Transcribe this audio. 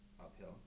uphill